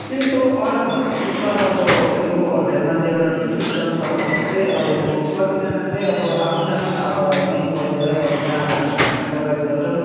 त्यस्तो अर्डरभन्दा पनि सर अब यो होटलमा चाहिँ एउटा के सिस्टम छ भन्दा चाहिँ अब कतिजना चाहिँ अब आउँछन् यहीँ बसेरै अब जहाँ हामी खाना प्रोभाइड गर्छौँ